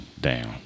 down